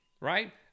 right